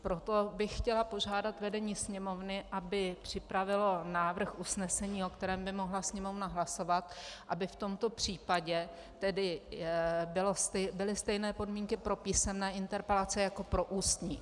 Proto bych chtěla požádat vedení Sněmovny, aby připravilo návrh usnesení, o kterém by mohla Sněmovna hlasovat, aby v tomto případě byly stejné podmínky pro písemné interpelace jako pro ústní.